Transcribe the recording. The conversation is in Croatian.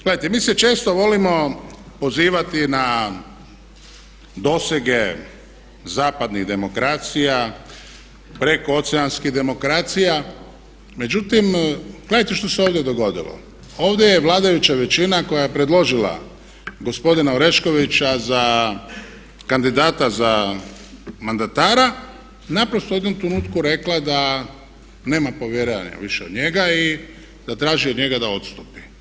Gledajte, mi se često volimo pozivati na dosege zapadnih demokracija, prekooceanskih demokracija međutim gledajte što se ovdje dogodilo ovdje je vladajuća većina koja je predložila gospodina Oreškovića za kandidata za mandatara naprosto u jednom trenutku rekla da nema povjerenja više u njega i da traži od njega da odstupi.